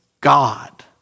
God